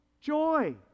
Joy